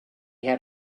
had